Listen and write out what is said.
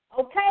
okay